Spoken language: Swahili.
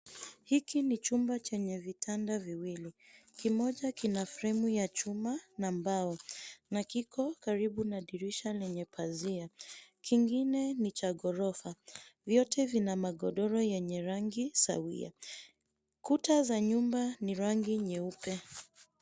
Hiki ni chumba chenye vitanda viwili, kimoja kina fremu ya chuma na mbao na kiko karibu na dirisha lenye pazia. Kingine ni cha ghorofa. Vyote vina magaodoro yenye rangi sawia. Kuta za nyumba ni rangi nyeupe.